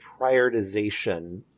prioritization